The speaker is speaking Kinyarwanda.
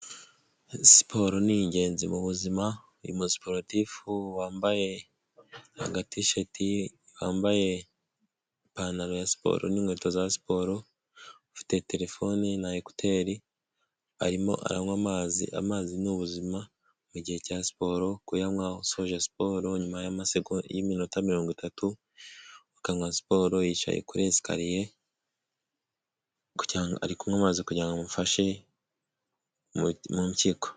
Siporo ni ingenzi mubu buzima, uyu muporatifu wambaye agatisheti wambaye ipantaro ya siporo n'inkweto za siporo ufite telefone na ekuteri arimo aranywa amazi, amazi ni ubuzima mu gihe cya siporo, kuyanywa usoje siporo, nyuma y'iminota mirongo itatu, ukanywa siporo yicaye kuri esikariye arikuywa amazi kugirango ngo amufashe mu mpyiko.